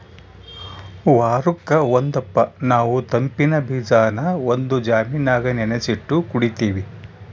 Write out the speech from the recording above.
ವಾರುಕ್ ಒಂದಪ್ಪ ನಾವು ತಂಪಿನ್ ಬೀಜಾನ ಒಂದು ಜಾಮಿನಾಗ ನೆನಿಸಿಟ್ಟು ಕುಡೀತೀವಿ